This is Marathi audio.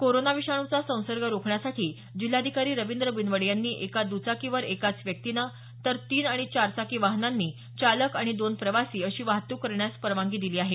कोरोना विषाणूचा संसर्ग रोखण्यासाठी जिल्हाधिकारी रवींद्र बिनवडे यांनी एका दुचाकीवर एकाच व्यक्तीनं तर तीन आणि चार चाकी वाहनांनी चालक आणि दोन प्रवासी अशी वाहतूक करण्यास परवानगी दिली आहे